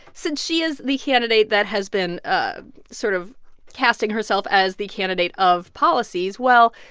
since she is the candidate that has been ah sort of casting herself as the candidate of policies, well,